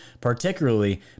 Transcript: particularly